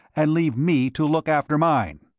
and leave me to look after mine.